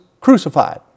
crucified